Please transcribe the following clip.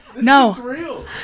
no